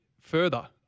further